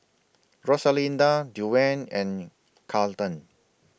Rosalinda Duane and Carleton